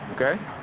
okay